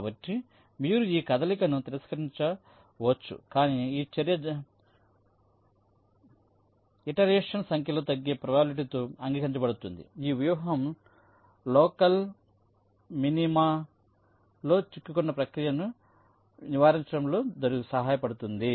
కాబట్టి మీరు ఆ కదలికను తిరస్కరించవచ్చు కానీ ఆ చర్య ఇటరేషన్స్ సంఖ్యతో తగ్గే ప్రాబబిలిటీ తో అంగీకరించబడుతుంది ఈ వ్యూహం లోకల్ మినిమాలో చిక్కుకునే ప్రక్రియను నివారించడంలో సహాయపడుతుంది